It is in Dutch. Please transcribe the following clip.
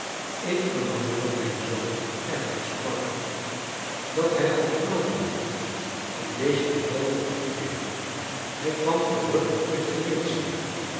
ik vernam van mijn zoon edward sparkler dat hij al genoten heeft van deze toevallige ontmoeting hij kwam verrukt uit venetie